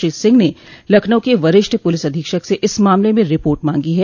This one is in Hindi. श्री सिंह ने लखनऊ के वरिष्ठ पुलिस अधीक्षक से इस मामले में रिपोर्ट मांगी है